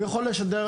הוא יכול לשדר,